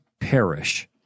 perish